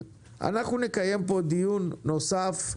אנחנו נקיים פה דיון נוסף.